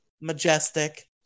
Majestic